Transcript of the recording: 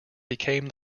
became